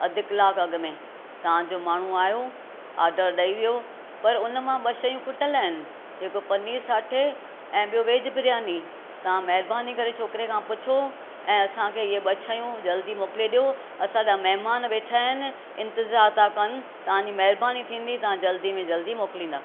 अधु कलाकु अॻु में तव्हांजो माण्हू आहियो ऑडर ॾेई वियो पर हुन मां ॿ शयूं खुटल आहिनि हिकु पनीर साठे ऐं ॿियो वेज बिरयानी तव्हां महिरबानी करे छोकिरे खां पुछो ऐं असांखे इहे ॿ शयूं जल्दी मोकिले ॾियो असांजा महिमान वेठा आहिनि इंतज़ार था कनि तव्हांजी महिरबानी थींदी तव्हां जल्दी में जल्दी मोकिलींदा